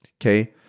Okay